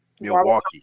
Milwaukee